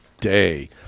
day